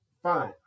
Fine